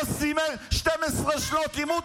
לא סיים 12 שנות לימוד,